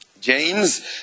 James